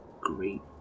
great